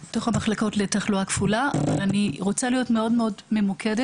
אבל אני רוצה להיות מאוד מאוד ממוקדת,